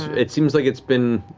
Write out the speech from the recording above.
it seems like it's been